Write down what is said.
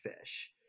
fish